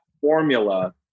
formula